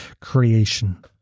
creation